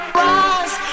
rise